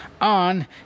on